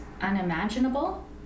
unimaginable